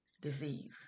disease